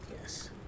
Yes